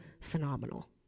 phenomenal